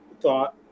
thought